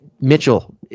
Mitchell